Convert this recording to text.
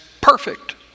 perfect